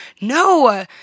No